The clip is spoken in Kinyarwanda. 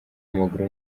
w’amaguru